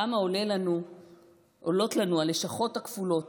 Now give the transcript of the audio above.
כמה עולות לנו הלשכות הכפולות